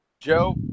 Joe